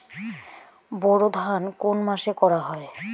বোরো ধান কোন মাসে করা হয়?